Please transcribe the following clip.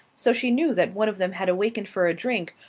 so she knew that one of them had awakened for a drink,